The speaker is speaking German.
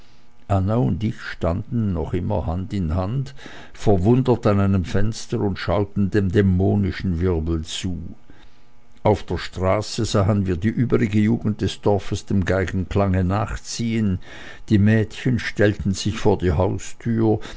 und ich standen noch immer hand in hand verwundert an einem fenster und schauten dem dämonischen wirbel zu auf der straße sahen wir die übrige jugend des dorfes dem geigenklange nachziehen die mädchen stellten sich vor die haustür